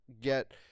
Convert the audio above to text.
get